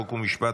חוק ומשפט